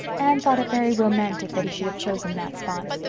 anne thought it very romantic that he should have chosen that spot.